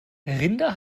rinder